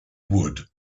would